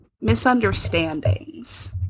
misunderstandings